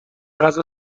غذا